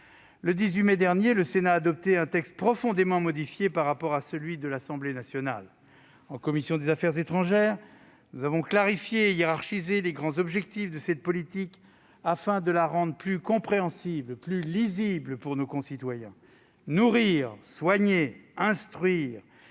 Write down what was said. Le 18 mai dernier, le Sénat adoptait un texte profondément modifié par rapport à celui de l'Assemblée nationale. En commission des affaires étrangères, nous avons clarifié et hiérarchisé les grands objectifs de cette politique afin de la rendre plus compréhensible, plus lisible, pour nos concitoyens. Nourrir, soigner, instruire